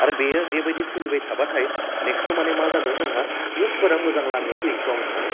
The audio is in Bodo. आरो बेयो बेबायदि सोलिबाय थाब्लाथाय नेक्स्टआव माने मा जागोन जोंहा इउथ्सफोरा मोजां लामायाव फैगोनखौ आं सानो